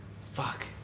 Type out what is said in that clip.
fuck